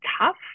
tough